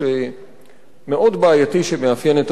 בעייתי שמאפיין את עבודתנו כאן בכנסת.